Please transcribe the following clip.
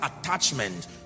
attachment